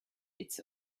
its